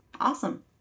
Awesome